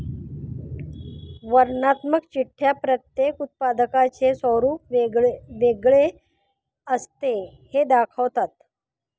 वर्णनात्मक चिठ्ठ्या प्रत्येक उत्पादकाचे स्वरूप वेगळे असते हे दाखवतात